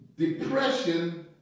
Depression